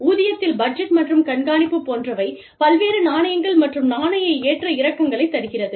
ஊதியத்தில் budget மற்றும் கண்காணிப்பு போன்றவை பல்வேறு நாணயங்கள் மற்றும் நாணய ஏற்ற இறக்கங்களைத் தருகிறது